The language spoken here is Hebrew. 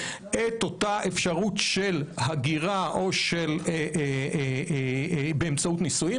על אותה אפשרות של הגירה באמצעות נישואים.